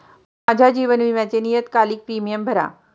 माझ्या जीवन विम्याचे नियतकालिक प्रीमियम भरा